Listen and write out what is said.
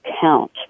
count